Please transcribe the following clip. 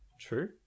True